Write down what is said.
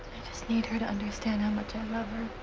just need her to understand how much i love